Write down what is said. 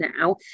now